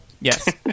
Yes